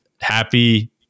happy